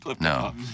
No